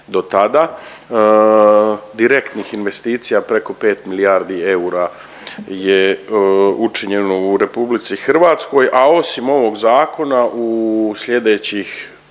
do tada. Direktnih investicija preko 5 milijardi eura je učinjeno u RH, a osim ovog zakona u slijedećih